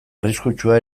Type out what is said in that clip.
arriskutsua